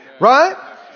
Right